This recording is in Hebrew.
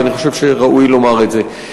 ואני חושב שראוי לומר את זה.